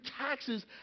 taxes